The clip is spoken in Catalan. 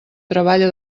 treballa